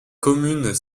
commune